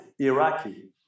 Iraqi